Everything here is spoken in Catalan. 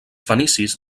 fenicis